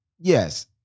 Yes